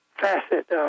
facet